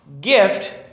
gift